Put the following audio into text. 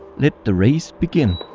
let the race begin!